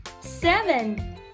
seven